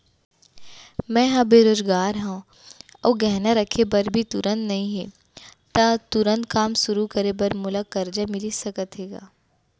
मैं ह बेरोजगार हव अऊ गहना रखे बर भी तुरंत नई हे ता तुरंत काम शुरू करे बर मोला करजा मिलिस सकत हे का?